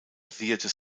theatre